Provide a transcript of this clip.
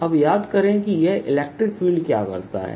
और अब याद करें कि यह इलेक्ट्रिक फील्ड क्या करता है